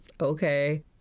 okay